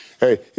Hey